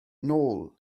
nôl